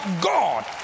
God